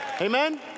Amen